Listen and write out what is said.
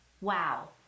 WoW